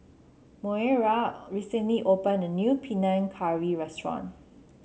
Moira recently opened a new Panang Curry restaurant